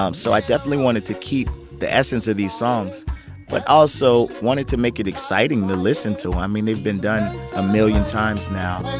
um so i definitely wanted to keep the essence of these songs but also wanted to make it exciting to listen to. i mean, they've been done a million times now